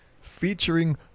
featuring